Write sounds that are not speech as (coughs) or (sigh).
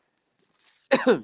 (coughs)